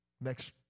next